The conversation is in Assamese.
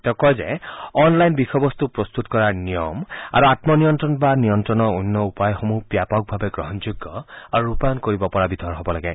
তেওঁ কয় যে অনলাইন বিষয়বস্তু প্ৰস্তুত কৰাৰ নিয়ম আৰু আত্ম নিয়ন্ত্ৰণ বা নিয়ন্ত্ৰণৰ অন্য উপায়সমূহ ব্যাপকভাৱে গ্ৰহণযোগ্য আৰু ৰূপায়ন কৰিব পৰা বিধৰ হ'ব লাগে